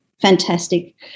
fantastic